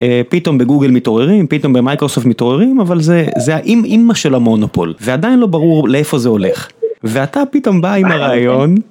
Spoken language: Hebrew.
פתאום בגוגל מתעוררים, פתאום במייקרוספט מתעוררים, אבל זה האמ-אמא של המונופול, ועדיין לא ברור לאיפה זה הולך, ואתה פתאום בא עם הרעיון